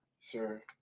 sir